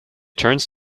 turns